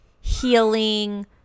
healing